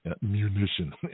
Munition